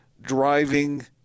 driving